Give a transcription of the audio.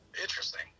interesting